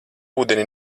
ūdeni